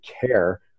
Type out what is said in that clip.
care